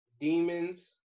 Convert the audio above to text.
Demons